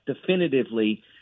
definitively